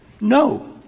no